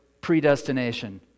predestination